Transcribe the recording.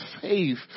faith